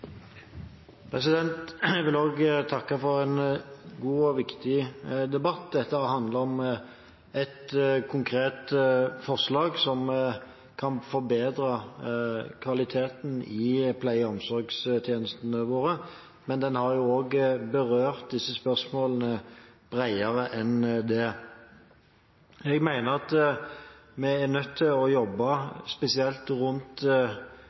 jeg vil takke for en god og viktig debatt. Dette har handlet om et konkret forslag som kan forbedre kvaliteten i pleie- og omsorgstjenestene våre, men den har også berørt disse spørsmålene bredere enn det. Jeg mener at vi er nødt til å jobbe spesielt rundt